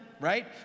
right